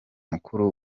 mukuru